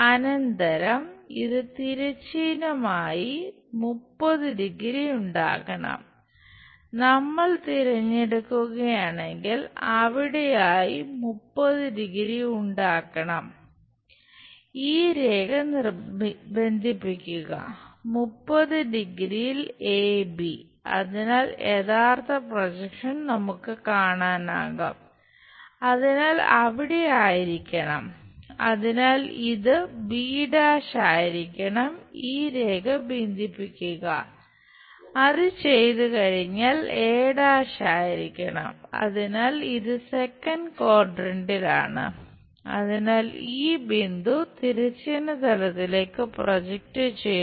അനന്തരം ഇത് തിരശ്ചീനവുമായി 30 ഡിഗ്രി തിരിക്കുക